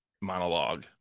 monologue